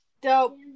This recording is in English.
Dope